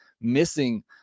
missing